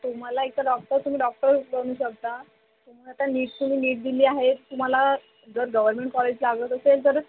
तुम्हाला एकतर डॉक्टर तुम्ही डॉक्टर बनू शकता मग आता नीट् तुम्ही नीट दिली आहेत तुम्हाला जर गवर्नमेंट कॉलेज लागत असेल तर